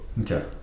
Okay